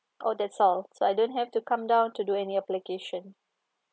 oh that's all so I don't have to come down to do any application